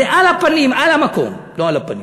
זה על הפנים, על המקום, לא על הפנים.